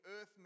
earth